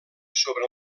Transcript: sobre